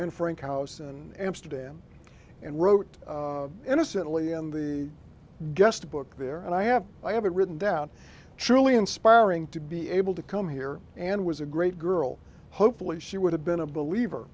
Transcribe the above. in frank house in amsterdam and wrote innocently in the guest book there and i have i have it written down truly inspiring to be able to come here and was a great girl hopefully she would have been a believer